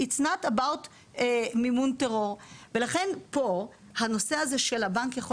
זה לא קשור למימון טרור ולכן בנושא שהבנק יכול